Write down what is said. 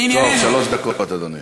שלוש דקות, אדוני.